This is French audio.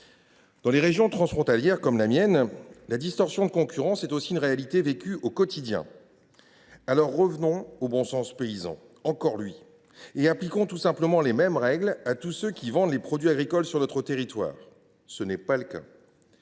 Dans les régions transfrontalières comme la mienne, la distorsion de concurrence est aussi une réalité vécue au quotidien. Alors, revenons au bon sens paysan, encore lui, et appliquons tout simplement les mêmes règles à tous ceux qui vendent les produits agricoles sur notre territoire. Ce n’est pas le cas